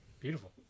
Beautiful